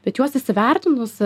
bet juos įsivertinus